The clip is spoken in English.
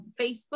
Facebook